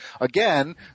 again